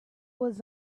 was